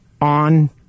on